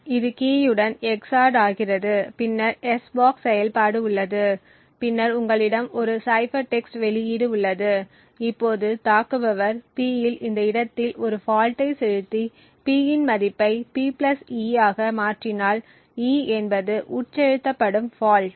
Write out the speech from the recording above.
இது கீயுடன் xored ஆகிறது பின்னர் s பாக்ஸ் செயல்பாடு உள்ளது பின்னர் உங்களிடம் ஒரு சைபர் டெக்ஸ்ட் வெளியீடு உள்ளது இப்போது தாக்குபவர் P இல் இந்த இடத்தில் ஒரு ஃபால்ட்டை செலுத்தி P இன் மதிப்பை P e ஆக மாற்றினால் e என்பது உட்செலுத்தப்படும் ஃபால்ட்